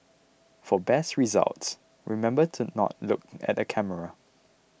for best results remember to not look at the camera